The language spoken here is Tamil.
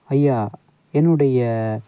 ஐயா என்னுடைய